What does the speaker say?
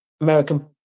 American